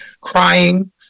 crying